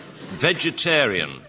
Vegetarian